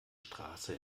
straße